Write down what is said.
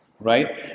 right